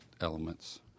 elements